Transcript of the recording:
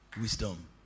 Wisdom